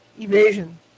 Evasion